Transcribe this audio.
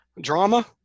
drama